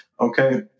okay